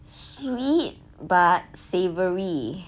sweet but savoury